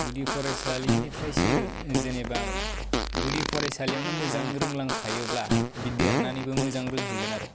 गुदि फरायसालिनिफ्रायसो जेनेबा गुदि फरायसालियावनो मोजां रोंलांखायोब्ला देरनानैबो मोजां रोंहैगोन आरो